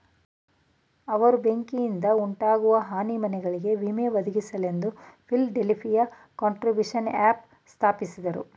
ಅವ್ರು ಬೆಂಕಿಯಿಂದಉಂಟಾಗುವ ಹಾನಿ ಮನೆಗಳಿಗೆ ವಿಮೆ ಒದಗಿಸಲೆಂದು ಫಿಲಡೆಲ್ಫಿಯ ಕಾಂಟ್ರಿಬ್ಯೂಶನ್ಶಿಪ್ ಸ್ಥಾಪಿಸಿದ್ರು